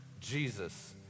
Jesus